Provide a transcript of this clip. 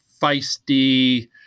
feisty